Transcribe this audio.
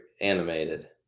animated